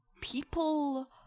people